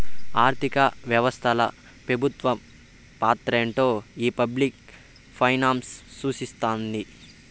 ఆర్థిక వ్యవస్తల పెబుత్వ పాత్రేంటో ఈ పబ్లిక్ ఫైనాన్స్ సూస్తున్నాది